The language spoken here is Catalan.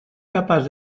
capaç